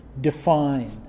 define